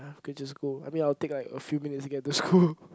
then just go I mean I will take like a few minutes to get to school